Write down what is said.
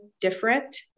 different